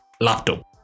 laptop